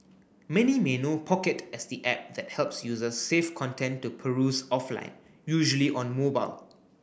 many may know Pocket as the app that helps users save content to peruse offline usually on mobile